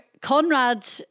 Conrad